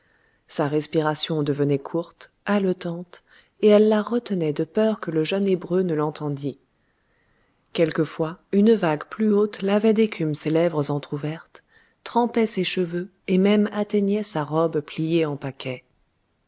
sa respiration devenait courte haletante et elle la retenait de peur que le jeune hébreu ne l'entendît quelquefois une vague plus haute lavait d'écume ses lèvres entrouvertes trempait ses cheveux et même atteignait sa robe pliée en paquet